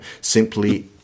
Simply